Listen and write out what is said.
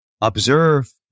observe